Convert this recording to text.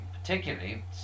particularly